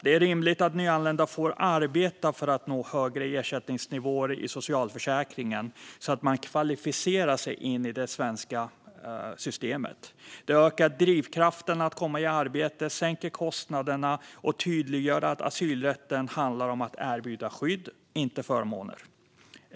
Det är rimligt att nyanlända får arbeta för att nå högre ersättningsnivåer i socialförsäkringen, så att man kvalificerar sig in i det svenska systemet. Det ökar drivkrafterna att komma i arbete, sänker kostnaderna och tydliggör att asylrätten handlar om att erbjuda skydd, inte förmåner.